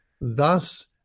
thus